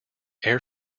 air